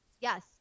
Yes